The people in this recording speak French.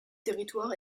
territoire